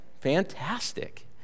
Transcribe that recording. Fantastic